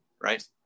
right